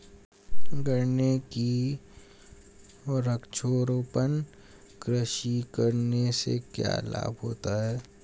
गन्ने की वृक्षारोपण कृषि करने से क्या लाभ होते हैं?